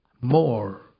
more